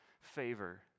favor